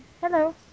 Hello